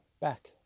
back